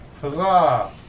Huzzah